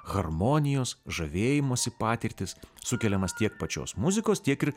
harmonijos žavėjimosi patirtis sukeliamas tiek pačios muzikos tiek ir